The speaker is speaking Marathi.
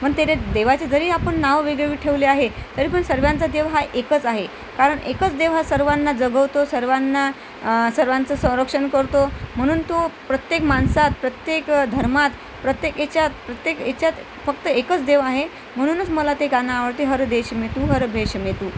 पण ते देवाचे जरी आपण नाव वेगळेवेगळे ठेवले आहे तरी पण सर्वांचा देव हा एकच आहे कारण एकच देव हा सर्वाना जगवतो सर्वाना सर्वांचं संरक्षण करतो म्हणून तो प्रत्येक माणसात प्रत्येक धर्मात प्रत्येक याच्यात प्रत्येक याच्यात फक्त एकच देव आहे म्हणूनच मला ते गाणं आवडते हर देश मे तू हर भेश मे तू